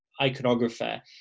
iconographer